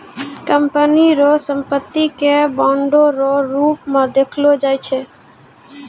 company रो संपत्ति के बांडो रो रूप मे देखलो जाय छै